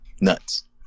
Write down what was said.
Nuts